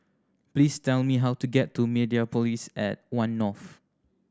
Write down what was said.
please tell me how to get to Mediapolis at One North